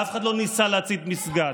ואף אחד לא ניסה להצית מסגד.